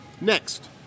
next